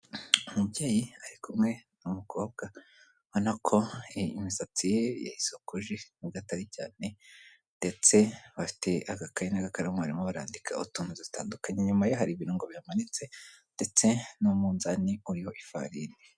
Umubyeyi ari kumwe n'umukobwa, urabona ko imisatsi ye yayisokoje nubwo atari cyane ndetse bafite akayi n' agakaramu barimo barandika utuntu dutandukanye. Inyuma ye hari ibirungo bihamanitse ndetse n'umunzani uriho ifarine.